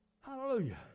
Hallelujah